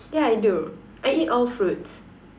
ya I do I eat all fruits